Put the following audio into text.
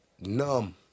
Numb